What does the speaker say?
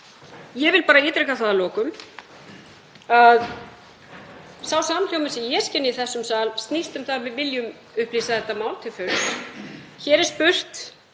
Ég vil ítreka að lokum að sá samhljómur sem ég skynja í þessum sal snýst um það að við viljum upplýsa þetta mál til fulls. Hér er spurt